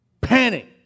Panic